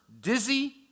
dizzy